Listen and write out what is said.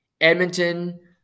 Edmonton